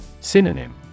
Synonym